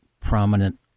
prominent